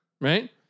Right